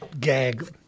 gag